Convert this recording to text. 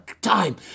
time